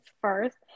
first